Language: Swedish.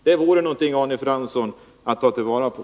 Det vore någonting att ta vara på, Arne Fransson!